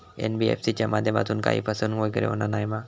NBFC च्या माध्यमातून काही फसवणूक वगैरे होना नाय मा?